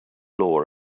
law